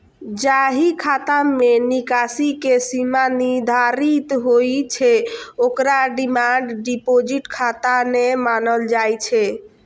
जाहि खाता मे निकासी के सीमा निर्धारित होइ छै, ओकरा डिमांड डिपोजिट खाता नै मानल जाइ छै